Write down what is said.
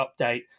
update